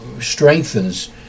strengthens